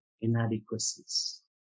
inadequacies